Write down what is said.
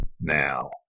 Now